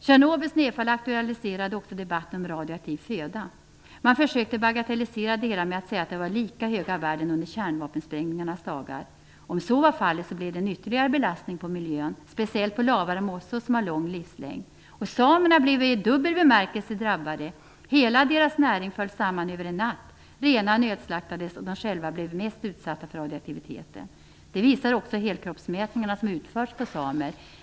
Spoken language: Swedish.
Tjernobyls nedfall aktualiserade också debatten om radioaktiv föda. Man försökte bagatellisera det hela genom att säga att det var lika höga värden under kärnvapensprängningarnas dagar. Om så var fallet, blev det en ytterligare belastning på miljön - speciellt på lavar och mossor som har lång livslängd. Samerna blev i dubbel bemärkelse drabbade. Hela deras näring föll samman över en natt. Renar nödslaktades, och samerna själva blev mest utsatta för radioaktiviteten. Det visar också de helkroppsmätningar som utförts på samer.